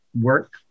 work